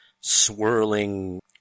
swirling